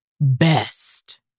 best